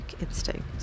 instinct